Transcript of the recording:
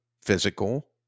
physical